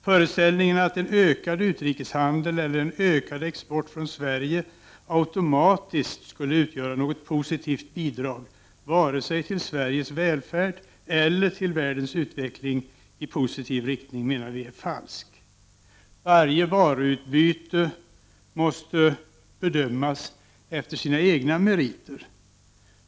Föreställningen att en ökad utrikeshandel eller en ökad export från Sverige automatiskt skulle utgöra något positivt bidrag vare sig till Sveriges välfärd eller till världens utveckling i positiv riktning menar vi är falsk. Varje varuutbyte måste bedömas efter sina egna meriter.